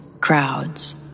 Crowds